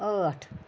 ٲٹھ